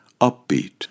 Upbeat